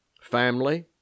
family